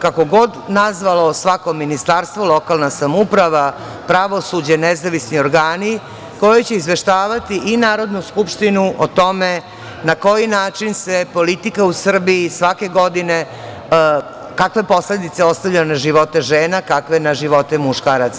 kako god nazvalo svako ministarstvo, lokalna samouprava, pravosuđe, nezavisni organi, koji će izveštavati i Narodnu skupštinu o tome na koji način se politika u Srbiji svake godine, kakve posledice ostavlja na živote žena, kakve na živote muškaraca.